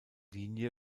linie